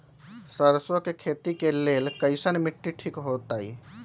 सरसों के खेती के लेल कईसन मिट्टी ठीक हो ताई?